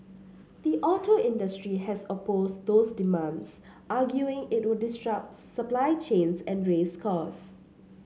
the auto industry has opposed those demands arguing it would disrupt supply chains and raise costs